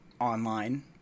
online